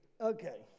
Okay